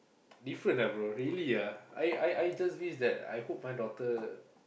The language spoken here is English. different ah bro really ah I I I just wish that I hope my daughter